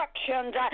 instructions